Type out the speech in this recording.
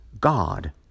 God